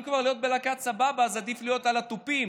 אם כבר להיות בלהקת סבבה אז עדיף להיות על התופים,